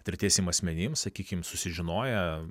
tretiesiem asmenim sakykime susižinoję